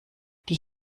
die